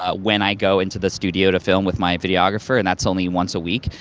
ah when i go into the studio to film with my videographer, and that's only once a week.